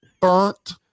Burnt